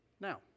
Now